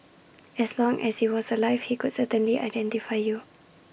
as long as he was alive he could certainly identify you